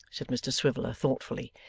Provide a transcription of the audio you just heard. said mr swiveller, thoughtfully,